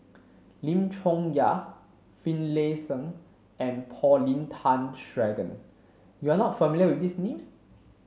Lim Chong Yah Finlayson and Paulin Tay Straughan you are not familiar with these names